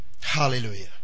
Hallelujah